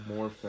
More